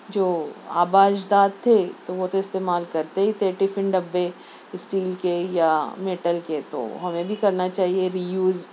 جو آباء اجداد تھے تو وہ تو استعمال کرتے ہی تھے ٹفن ڈبے اسٹیل کے یا میٹل کے تو ہمیں بھی کرنا چاہیے رییوز